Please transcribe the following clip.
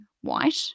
white